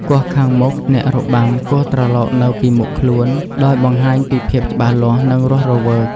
គោះខាងមុខ អ្នករបាំគោះត្រឡោកនៅពីមុខខ្លួន ដោយបង្ហាញពីភាពច្បាស់លាស់ និងរស់រវើក។